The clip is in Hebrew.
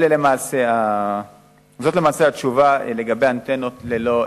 זאת למעשה התשובה לגבי אנטנות ללא היתרים.